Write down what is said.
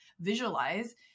visualize